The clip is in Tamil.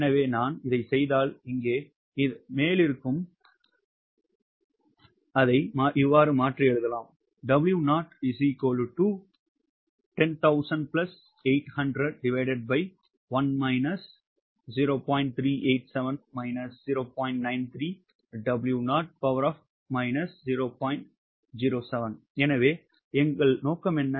எனவே நான் இதைச் செய்தால் இங்கே எழுதலாம் எனவே எங்கள் நோக்கம் என்ன